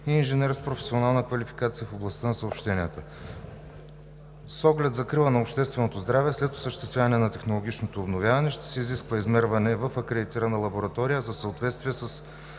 и инженер с професионална квалификация в областта на съобщенията. С оглед закрилата на общественото здраве след осъществяване на технологичното обновяване ще се изисква измерване в акредитирана лаборатория за съответствие с